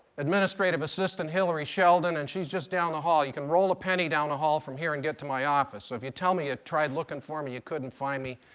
administrative assistant, hilary sheldon, and she's just down the hall. you can roll a penny down the hall from here and get to my office. so if you tell me you tried looking for me, you couldn't find me,